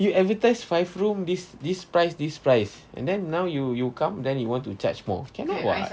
you advertise five room this this price this price and then now you you come then you want to charge more cannot [what]